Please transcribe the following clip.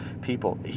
People